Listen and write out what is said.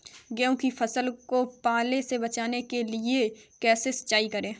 गेहूँ की फसल को पाले से बचाने के लिए कैसे सिंचाई करें?